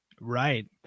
Right